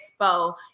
Expo